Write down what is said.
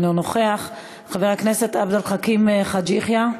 אינו נוכח, חבר הכנסת עבד אל חכים חאג' יחיא,